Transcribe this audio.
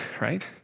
right